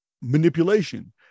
manipulation